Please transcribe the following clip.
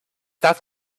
that